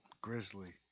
Grizzly